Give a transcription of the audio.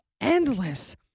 endless